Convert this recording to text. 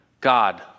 God